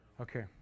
Okay